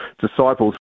disciples